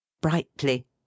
brightly